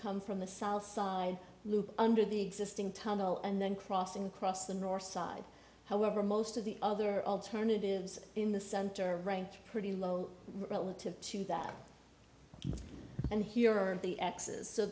come from the south side loop under the existing tunnel and then cross and cross the north side however most of the other alternatives in the center right pretty low relative to that and here are the axis so